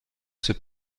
ses